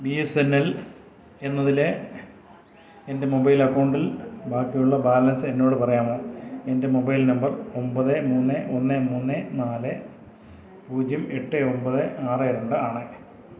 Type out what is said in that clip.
B S N L എന്നതിലെ എൻ്റെ mobile അക്കൗണ്ടിൽ ബാക്കിയുള്ള ബാലൻസ് എന്നോട് പറയാമോ എൻ്റെ മൊബൈൽ നമ്പർ ഒമ്പത് മൂന്ന് ഒന്ന് മൂന്ന് നാല് പൂജ്യം എട്ട് ഒമ്പത് ആറ് രണ്ട് ആണ്